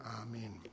Amen